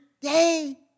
day